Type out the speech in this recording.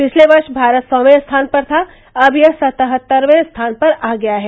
पिछले वर्ष भारत सौवें स्थान पर था अब यह सत्तहतरें स्थान पर आ गया है